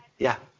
yeah,